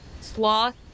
sloth